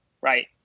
right